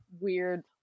weird